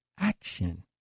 action